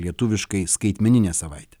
lietuviškai skaitmeninė savaitė